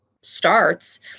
starts